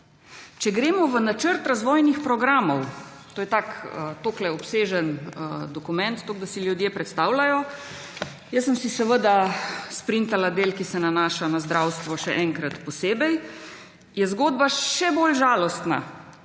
Če gremo v načrt razvojnih programov, to je tako obsežen dokument, toliko da si ljudje predstavljajo. Jaz sem si sprintala del, ki se nanaša na zdravstvo še enkrat, posebej, kjer je zgodba še bolj žalostna,